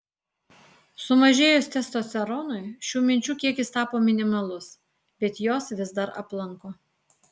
sumažėjus testosteronui šių minčių kiekis tapo minimalus bet jos vis dar aplanko